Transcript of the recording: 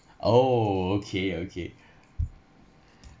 oh okay okay